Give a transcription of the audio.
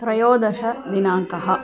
त्रयोदशदिनाङ्कः